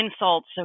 insults